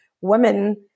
women